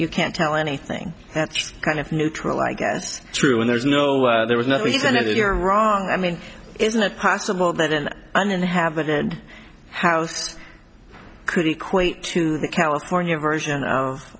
you can't tell anything that's kind of neutral i guess true and there's no there was not reason if you're wrong i mean isn't it possible that an uninhabited house could equate to the california version of